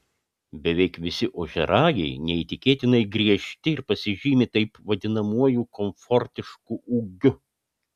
beveik visi ožiaragiai neįtikėtinai griežti ir pasižymi taip vadinamuoju komfortišku ūgiu